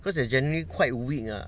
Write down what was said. cause they are generally quite weak ah